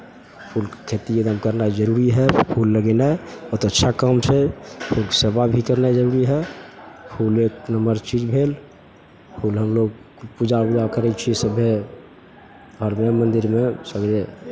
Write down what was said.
फूलके खेती एकदम करनाइ जरूरी हइ फूल लगयनाइ बहुत अच्छा काम छै फूलके सेवा भी करनाइ जरूरी हइ फूल एक नम्बर चीज भेल फूल हम लोग पूजा उजा करै छियै सभे घरमे मन्दिरमे सगरे